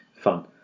fun